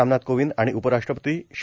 रामनाथ कोविंद आणि उपराष्ट्रपती श्री